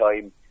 time